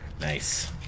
Nice